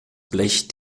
blech